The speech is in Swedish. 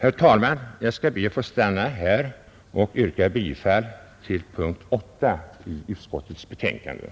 Herr talman! Jag ber att få stanna här och yrkar bifall till utskottets hemställan under punkten 8.